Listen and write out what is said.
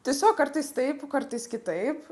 tiesiog kartais taip kartais kitaip